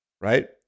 Right